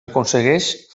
aconsegueix